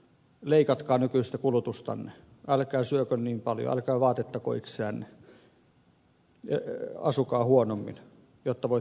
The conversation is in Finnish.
leikatkaa nykyistä kulutustanne älkää syökö niin paljon älkää vaatettako itseänne asukaa huonommin jotta voitte sitten säästää